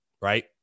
Right